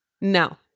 No